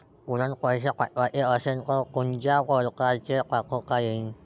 तुरंत पैसे पाठवाचे असन तर कोनच्या परकारे पाठोता येईन?